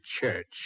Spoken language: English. church